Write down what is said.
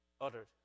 uttered